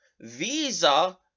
visa